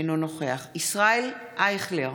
אינו נוכח ישראל אייכלר,